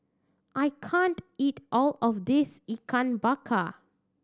I can't eat all of this Ikan Bakar